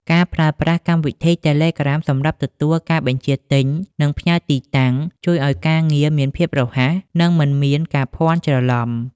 ការប្រើប្រាស់កម្មវិធី តេឡេក្រាម សម្រាប់ទទួលការបញ្ជាទិញ និងផ្ញើទីតាំង ជួយឱ្យការងារមានភាពរហ័ស និងមិនមានការភ័ន្តច្រឡំ។